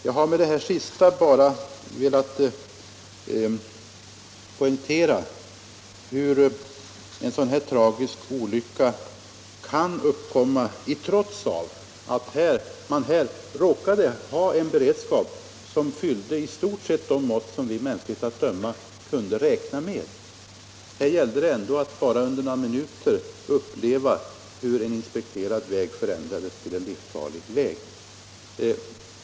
Jag har med det sistnämnda bara velat poängterat hur en sådan här tragisk olycka kan uppkomma trots att man råkade ha den beredskap som vi mänskligt att döma kunde räkna med. Här upplevde man hur en inspekterad väg bara under några minuter förändrades till en livsfarlig väg.